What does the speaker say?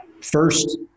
first